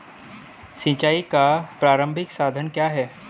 सिंचाई का प्रारंभिक साधन क्या है?